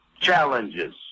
challenges